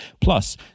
Plus